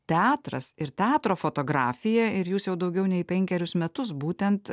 teatras ir teatro fotografija ir jūs jau daugiau nei penkerius metus būtent